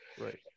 Right